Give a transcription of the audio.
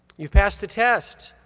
you've passed the test.